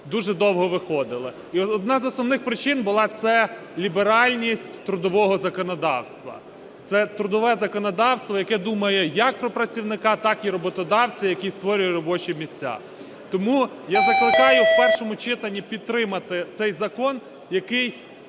дуже довго виходили. І одна з основних причин була це ліберальність трудового законодавства. Це трудове законодавство, яке думає як про працівника, так і роботодавця, який створює робочі місця. Тому я закликаю в першому читанні підтримати цей закон, який